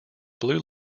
blue